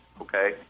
Okay